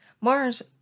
Mars